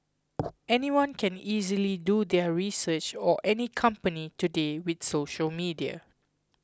anyone can easily do their research or any company today with social media